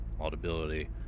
audibility